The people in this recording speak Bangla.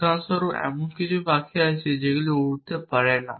উদাহরণস্বরূপ এমন কিছু পাখি আছে যেগুলি উড়তে পারে না